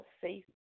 safe